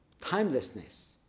timelessness